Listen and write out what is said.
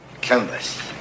Canvas